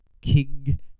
King